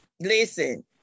Listen